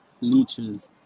leeches